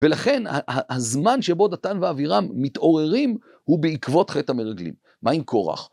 ולכן הזמן שבו דתן ואבירם מתעוררים, הוא בעקבות חטא המרגלים. מה עם קורח?